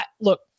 Look